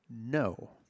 No